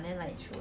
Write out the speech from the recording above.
很 weird